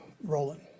rolling